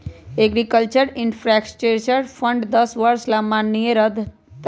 agriculture infrastructure fund दस वर्ष ला माननीय रह तय